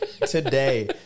Today